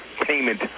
payment